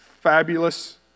Fabulous